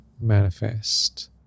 manifest